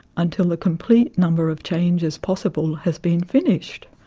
until a complete number of changes possible has been finished.